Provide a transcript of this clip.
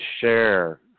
share